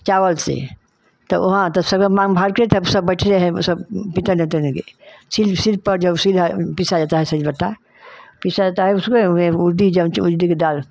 चावल से तव हाँ त सभे मांग भरके तब सब बैठते हैं सब छिल शील पर जब सिल्हा पीसा जाता है सीलबट्टा पीसा जाता है उसमें उमे उरदी जंग च उरदी के दाल